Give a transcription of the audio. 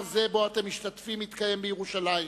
זה שבו אתם משתתפים מתקיים בירושלים,